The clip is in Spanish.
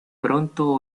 pronto